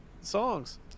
songs